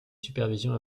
supervision